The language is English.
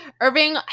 Irving